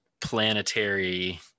planetary